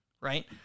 right